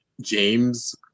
James